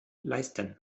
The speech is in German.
leisten